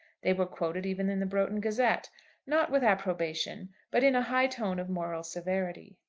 they were quoted even in the broughton gazette not with approbation, but in a high tone of moral severity.